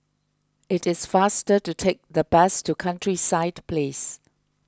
it is faster to take the bus to Countryside Place